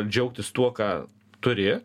džiaugtis tuo ką turi